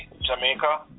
jamaica